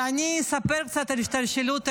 אספר קצת על השתלשלות העניינים.